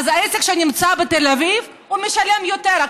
אז עסק שנמצא בתל אביב משלם יותר,